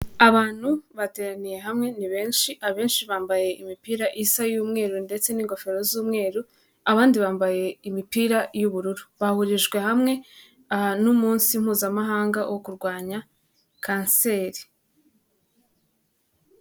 Abantu bateraniye hamwe ni benshi, abenshi bambaye imipira isa y'umweru ndetse n'ingofero z'umweru, abandi bambaye imipira y'ubururu. Bahurijwe hamwe aha n'umunsi mpuzamahanga wo kurwanya kanseri.